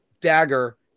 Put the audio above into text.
dagger